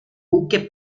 buque